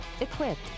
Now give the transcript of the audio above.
equipped